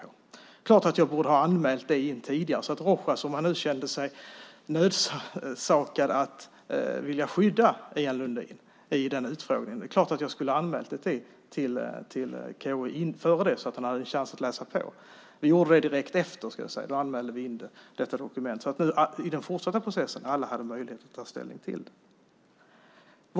Det är klart att jag borde ha anmält det tidigare till KU så att Rojas, om han nu kände sig nödsakad att skydda Ian Lundin i den utfrågningen, hade haft en chans att läsa på. Vi gjorde det direkt efter. Då anmälde vi detta dokument. I den fortsatta processen hade alla möjlighet att ta ställning till det.